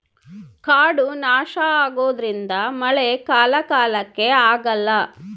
ಕಾಡು ನಾಶ ಆಗೋದ್ರಿಂದ ಮಳೆ ಕಾಲ ಕಾಲಕ್ಕೆ ಆಗಲ್ಲ